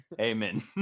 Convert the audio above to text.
Amen